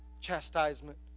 chastisement